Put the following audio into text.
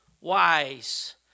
wise